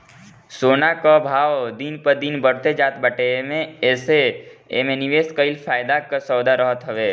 सोना कअ भाव दिन प दिन बढ़ते जात बाटे जेसे एमे निवेश कईल फायदा कअ सौदा रहत हवे